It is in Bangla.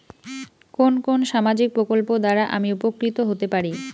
কোন কোন সামাজিক প্রকল্প দ্বারা আমি উপকৃত হতে পারি?